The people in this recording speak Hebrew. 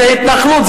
זה התנחלות,